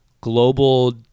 global